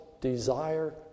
desire